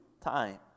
time